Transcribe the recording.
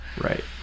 Right